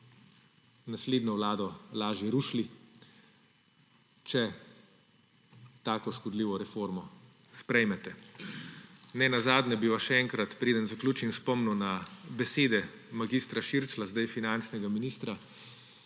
naslednjo vlado lažje rušili, če tako škodljivo reformo sprejmete. Nenazadnje bi vaš še enkrat, preden zaključim, spomnil na besede mag. Širclja, zdaj finančnega ministra,